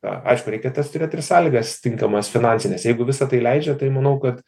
aišku reikia tas turėt ir sąlygas tinkamas finansines jeigu visa tai leidžia tai manau kad